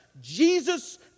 Jesus